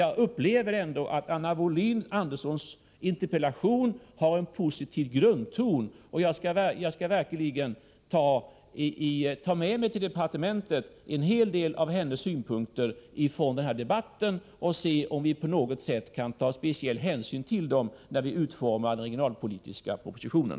Jag upplever ändå att Anna Wohlin-Anderssons interpellation har en positiv grundton. Jag skall verkligen ta med mig till departementet en hel del av hennes synpunkter i den här debatten och se om vi på något sätt kan ta speciell hänsyn till dem när vi utformar den regionalpolitiska propositionen.